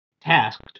Tasked